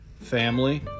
family